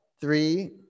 three